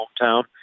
hometown